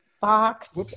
box